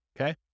Okay